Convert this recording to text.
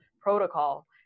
protocol